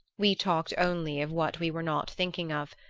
we talked only of what we were not thinking of,